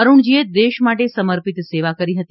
અરૂણજીએ દેશ માટે સમર્પિત સેવા કરી હતી